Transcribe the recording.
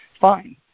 Fine